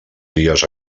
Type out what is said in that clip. dies